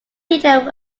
teaching